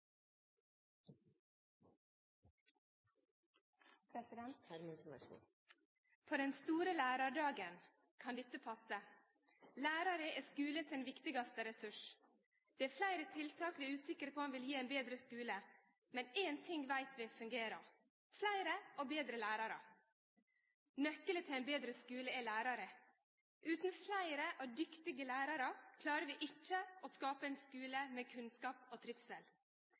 på om vil gje ein betre skule, men ein ting veit vi fungerer: Fleire og betre lærarar. Nøkkelen til ein betre skule er læraren. Utan fleire og dyktige lærarar klarer vi ikkje å skape ein skule med kunnskap og trivsel.